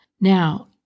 Now